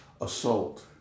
assault